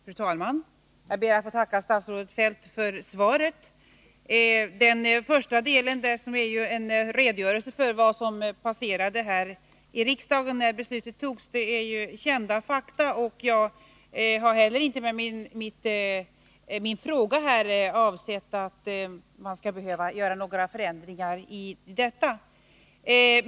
Fru talman! Jag ber att få tacka statsrådet Feldt för svaret. Den första delen, som är en redogörelse för vad som passerade här i riksdagen när besluten om fastighetstaxeringen togs, innehåller bara kända fakta. Jag har inte med min fråga avsett att man skall behöva göra några förändringar i dessa.